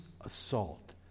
assault